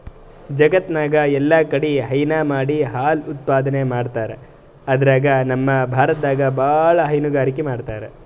ಜಗತ್ತ್ನಾಗ್ ಎಲ್ಲಾಕಡಿ ಹೈನಾ ಮಾಡಿ ಹಾಲ್ ಉತ್ಪಾದನೆ ಮಾಡ್ತರ್ ಅದ್ರಾಗ್ ನಮ್ ಭಾರತದಾಗ್ ಭಾಳ್ ಹೈನುಗಾರಿಕೆ ಮಾಡ್ತರ್